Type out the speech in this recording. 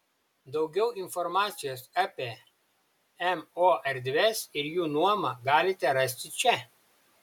daugiau informacijos apie mo erdves ir jų nuomą galite rasti čia